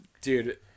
Dude